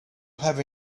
have